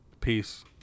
peace